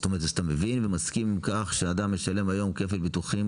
זאת אומרת אז אתה מבין ואתה מסכים אם כך שאדם משלם היום כפל ביטוחי,